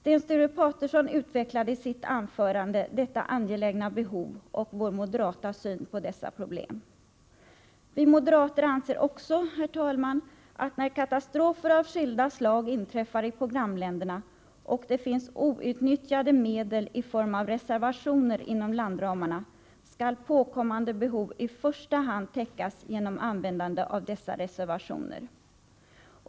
Sten Sture Paterson framhöll i sitt anförande detta angelägna behov och redogjorde för vår moderata syn på problemen. Vi moderater anser också, herr talman, att när katastrofer av skilda slag inträffar i programländerna och det finns outnyttjade medel i form av reservationer inom landramarna, skall påkommande behov i första hand täckas genom användande av dessa reservationer.